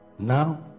Now